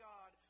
God